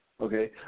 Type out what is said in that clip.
Okay